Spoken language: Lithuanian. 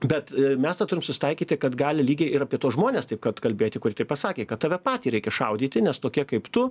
bet mes ta turime susitaikyti kad gali lygiai ir apie tuos žmones taip kad kalbėti kurie taip pasakė kad tave patį reikia šaudyti nes tokie kaip tu